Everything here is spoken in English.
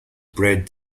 bred